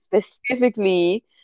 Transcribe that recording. specifically